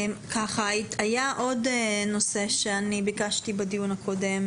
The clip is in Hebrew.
היו עוד שני נושאים שביקשתי לבחון בדיון הקודם,